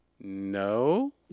No